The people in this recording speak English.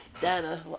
data